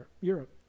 Europe